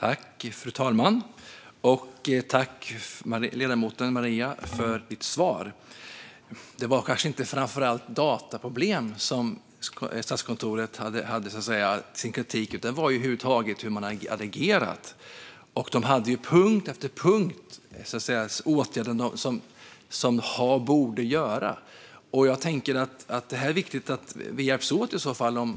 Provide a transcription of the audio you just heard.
Fru talman! Tack, Maria Gardfjell, för ditt svar! Det var kanske inte framför allt dataproblem som Statskontoret riktade kritik mot. Den gällde hur man över huvud taget hade agerat. Det togs på punkt efter punkt upp åtgärder som borde genomföras.